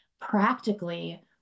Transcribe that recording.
practically